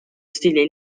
stile